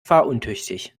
fahruntüchtig